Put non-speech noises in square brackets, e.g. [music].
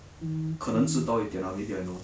[noise] 可能知道一点 lah maybe I know